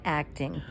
acting